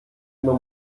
immer